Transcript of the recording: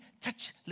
Touch